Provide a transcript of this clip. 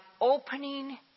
opening